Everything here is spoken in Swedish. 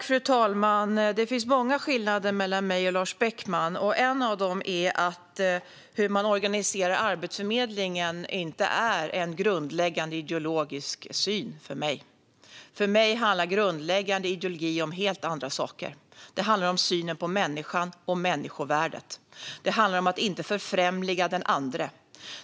Fru talman! Det finns många skillnader mellan mig och Lars Beckman. En av dem är att hur man organiserar Arbetsförmedlingen inte är en grundläggande ideologisk fråga för mig. För mig handlar grundläggande ideologi om helt andra saker. Det handlar om synen på människan och människovärdet. Det handlar om att inte förfrämliga den andre.